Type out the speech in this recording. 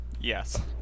Yes